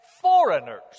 foreigners